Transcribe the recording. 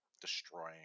destroying